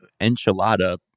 enchilada